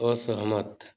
असहमत